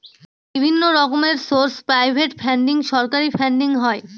বিভিন্ন রকমের source private funding, সরকারি ফান্ডিং হয়